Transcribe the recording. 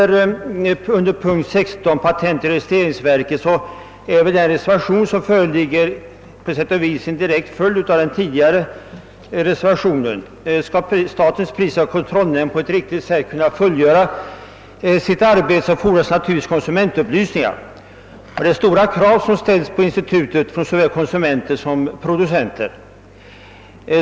Reservationen 4a vid denna punkt är väl på sätt och vis en direkt följd av reservationen vid punkten 11. Skall statens prisoch kartellnämnd på ett riktigt sätt kunna fullgöra sitt arbete, fordras naturligtvis konsumentupplysning. Det är stora krav som ställs på konsumentinstitutet av såväl konsumenter som producenter.